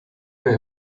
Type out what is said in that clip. mir